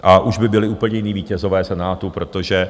A už by byli úplně jiní vítězové v Senátu, protože...